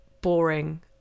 boring